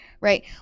Right